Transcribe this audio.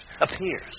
Appears